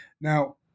Now